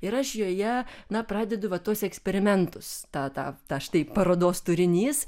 ir aš joje na pradedu va tuos eksperimentus tą tą štai parodos turinys